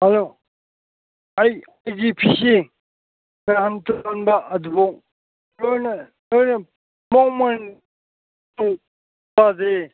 hello ꯑꯩ ꯑꯩꯒꯤ ꯐꯤꯁꯦ ꯁꯦꯔꯥꯟ ꯇꯨꯔꯥꯟꯕ ꯑꯗꯨꯕꯨ ꯅꯣꯏꯅ ꯃꯑꯣꯡ ꯃꯔꯤꯟ ꯇꯥꯗꯦ